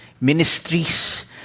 ministries